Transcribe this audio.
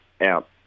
out